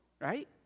right